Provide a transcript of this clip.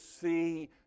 see